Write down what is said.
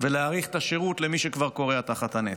ולהאריך את השירות למי שכבר כורע תחת הנטל.